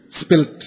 spilt